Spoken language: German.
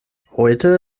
heute